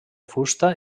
fusta